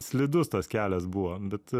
slidus tas kelias buvo bet